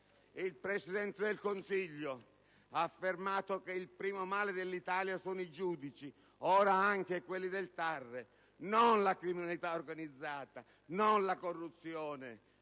Il Presidente del Consiglio ha affermato che il primo male dell'Italia sono i giudici - ora anche quelli del TAR - non la criminalità organizzata, non la corruzione,